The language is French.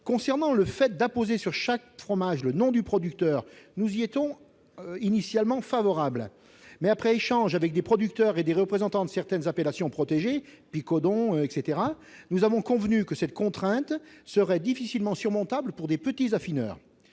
Concernant le fait d'apposer sur chaque fromage le nom du producteur, nous y étions initialement favorables. Mais après des échanges avec des producteurs et des représentants de certaines appellations protégées, comme le Picodon, nous avons convenu que cette contrainte serait difficilement surmontable pour de petits affineurs.